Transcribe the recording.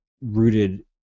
rooted